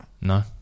No